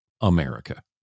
America